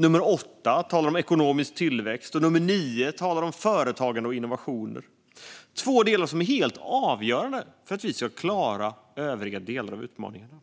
Nummer 8 talar om ekonomisk tillväxt, och nummer 9 talar om företagande och innovationer - två delar som är helt avgörande för att vi ska klara övriga delar av utmaningarna.